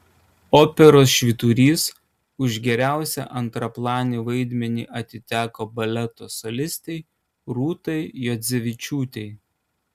operos švyturys už geriausią antraplanį vaidmenį atiteko baleto solistei rūtai juodzevičiūtei